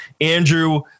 Andrew